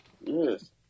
Yes